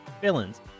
villains